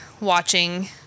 watching